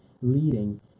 leading